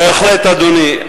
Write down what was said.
בהחלט, אדוני.